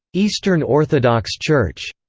eastern orthodox church,